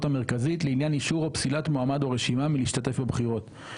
המרכזית לעניין אישור או פסילת מועמד או רשימה מלהשתתף בבחירות.